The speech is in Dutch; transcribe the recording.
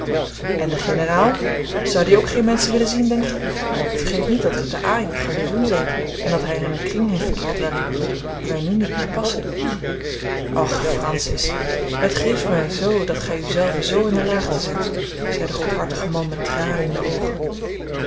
en de generaal zou die ook geen menschen willen zien denkt gij vergeet niet dat gij te a in garnizoen zijt en dat hij er in een kring heeft verkeerd waarin wij nu niet meer passen och francis het grieft mij zoo dat gij u zelve zoo in de laagte zet zei de goedhartige man met tranen in de oogen